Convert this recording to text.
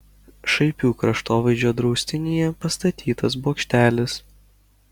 šaipių kraštovaizdžio draustinyje pastatytas bokštelis